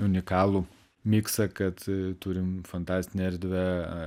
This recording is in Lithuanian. unikalų miksą kad turim fantastinę erdvę